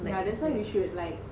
like I said